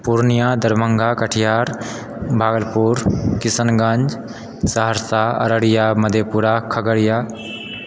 Purnia Darbhanga Katihar Bhagalpur Kishanganj Saharsa Araria Madhepura Khagaria